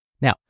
Now